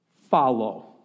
Follow